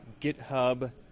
GitHub